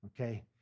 okay